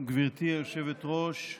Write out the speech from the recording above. גברתי היושבת-ראש,